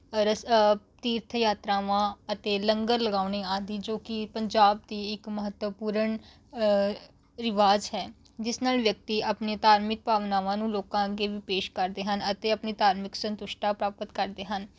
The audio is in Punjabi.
ਅਰਸ ਅ ਤੀਰਥ ਯਾਤਰਾਵਾਂ ਅਤੇ ਲੰਗਰ ਲਗਾਉਣੇ ਆਦਿ ਜੋ ਕਿ ਪੰਜਾਬ ਦੀ ਇੱਕ ਮਹੱਤਵਪੂਰਨ ਅ ਰਿਵਾਜ ਹੈ ਜਿਸ ਨਾਲ ਵਿਅਕਤੀ ਆਪਣੇ ਧਾਰਮਿਕ ਭਾਵਨਾਵਾਂ ਨੂੰ ਲੋਕਾਂ ਅੱਗੇ ਵੀ ਪੇਸ਼ ਕਰਦੇ ਹਨ ਅਤੇ ਆਪਣੀ ਧਾਰਮਿਕ ਸਤੁੰਸ਼ਟਾਂ ਪ੍ਰਾਪਤ ਕਰਦੇ ਹਨ